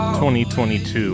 2022